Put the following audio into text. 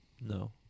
No